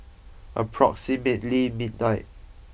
approximately midnight